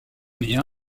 lien